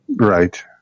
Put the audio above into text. Right